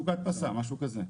בשוק ההדפסה, משהו כזה.